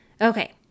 Okay